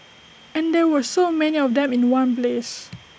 and there were so many of them in one place